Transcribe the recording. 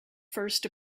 first